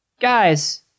guys